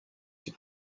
die